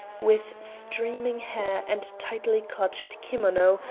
with streaming hair and tightly-clutched kimono,